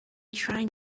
trying